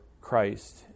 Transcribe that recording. Christ